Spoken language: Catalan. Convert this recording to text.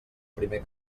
primer